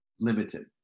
limited